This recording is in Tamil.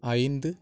ஐந்து